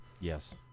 Yes